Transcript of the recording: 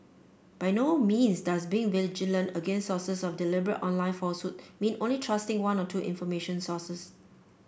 by no means does being vigilant against sources of deliberate online falsehood mean only trusting one or two information sources